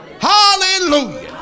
Hallelujah